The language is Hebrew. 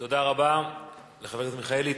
תודה רבה לחבר הכנסת מיכאלי.